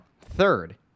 third